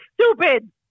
stupid